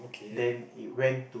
then it went to